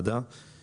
קיום הדיון.